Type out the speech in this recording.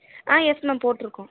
yes ma'am போட்டுருக்கோம்